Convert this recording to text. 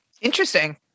Interesting